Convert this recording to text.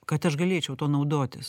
kad aš galėčiau tuo naudotis